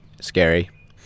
Scary